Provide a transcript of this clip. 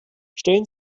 stellen